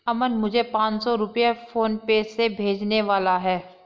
अमन मुझे पांच सौ रुपए फोनपे से भेजने वाला है